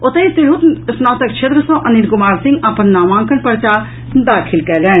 ओतहि तिरहुत स्नातक क्षेत्र सँ अनिल कुमार सिंह अपन नामांकन पर्चा दाखिल कयलनि